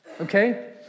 Okay